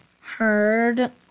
heard